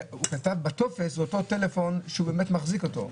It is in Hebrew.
כתב בטופס הוא אותו טלפון שהוא באמת מחזיק אותו?